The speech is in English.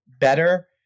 better